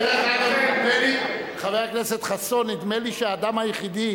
אז אני מקווה שמעסיקים אותם הדברים המהותיים.